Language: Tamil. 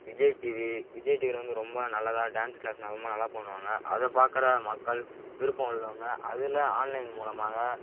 விஜய் டிவி விஜய் டிவியில் வந்து ரொம்ப நல்லதாக டான்ஸ் கிளாஸ் ரொம்ப நல்லா பண்ணுவாங்க அதை பார்க்கற மக்கள் விருப்பம் உள்ளவங்க அதில் ஆன்லைன் மூலமாக